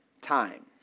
Time